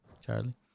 Charlie